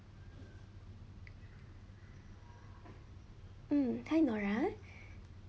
mm hi nora